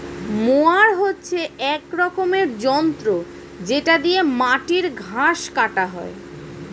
mower হচ্ছে এক রকমের যন্ত্র যেটা দিয়ে মাটির ঘাস কাটা হয়